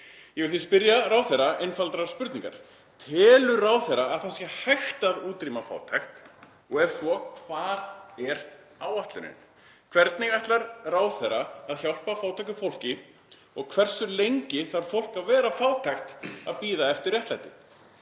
Ég vil því spyrja ráðherra einfaldrar spurningar: Telur ráðherra að það sé hægt að útrýma fátækt og ef svo er, hvar er áætlunin? Hvernig ætlar ráðherra að hjálpa fátæku fólki og hversu lengi þarf fólk að vera fátækt að bíða eftir réttlæti,